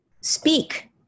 speak